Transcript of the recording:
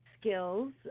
skills